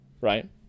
right